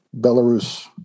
Belarus